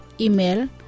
Email